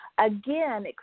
Again